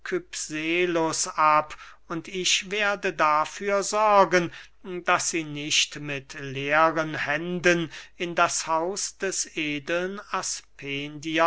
ab und ich werde dafür sorgen daß sie nicht mit leeren händen in das haus des edeln